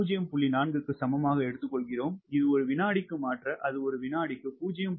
4 க்கு சமமாக எடுத்துக்கொள்கிறோம் இது ஒரு வினாடிக்கு மாற்ற அது ஒரு வினாடிக்கு 0